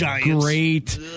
great